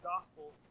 gospel